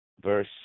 verse